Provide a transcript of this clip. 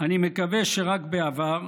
אני מקווה שרק בעבר,